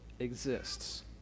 exists